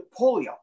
polio